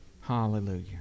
Hallelujah